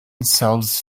sells